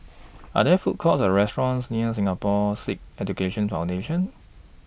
Are There Food Courts Or restaurants near Singapore Sikh Education Foundation